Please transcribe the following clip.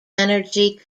energy